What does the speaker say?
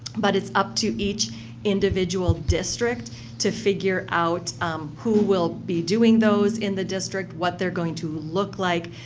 but it's up to each individual district to figure out who will be doing those in the district, what they're going to look like.